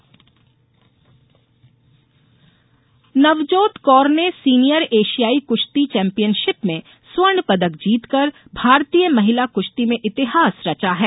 खेल स्पर्धा नवजोत कौर ने सीनियर एशियाई कुश्ती चौम्पियनशिप में स्वर्ण पदक जीतकर भारतीय महिला कुश्ती में इतिहास रचा है